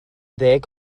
ddeg